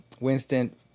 Winston